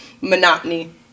monotony